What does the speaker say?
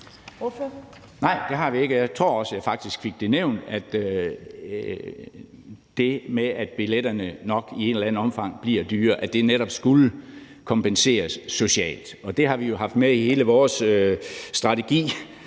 Nej, det har vi ikke. Og jeg tror også, at jeg faktisk fik det nævnt, at det med, at billetterne nok i et eller andet omfang bliver dyrere, netop skulle kompenseres socialt. Det har vi jo haft med i hele vores strategi